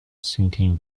sinking